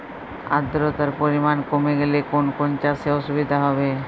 আদ্রতার পরিমাণ কমে গেলে কোন কোন চাষে অসুবিধে হবে?